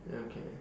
ya can